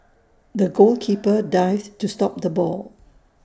the goalkeeper dived to stop the ball